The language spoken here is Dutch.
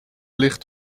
ligt